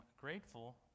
grateful